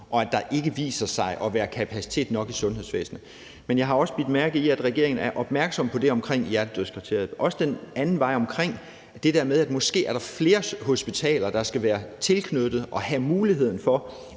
og at der ikke viser sig at være kapacitet nok i sundhedsvæsenet til at klare det. Jeg har også bidt mærke i, at regeringen er opmærksom på det omkring hjertedødskriteriet. Men det er også i forhold til den anden vej omkring det, altså at der måske er flere hospitaler, der skal være tilknyttet og have muligheden for,